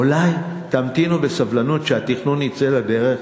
אולי תמתינו בסבלנות שהתכנון יצא לדרך?